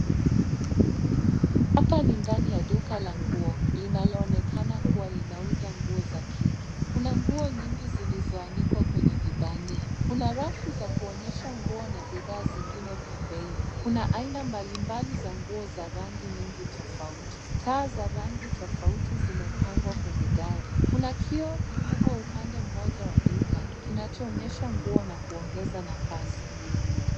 Hapa ni ndani ya duka la nguo linalo onekana kuwa linauza nguo za kike. Kuna nguo nyingi zilizo anikwa kwenye vibania. Kuna rafu za kuonyesha nguo na bidhaa zingine pembeni. Kuna aina mbalimbali za nguo za rangi nyingi tofauti. Taa za rangi tofauti zimepangwa kwenye dari. Kuna kioo kikubwa upande mmoja wa duka kinacho onyesha nguo na kuongeza nafasi.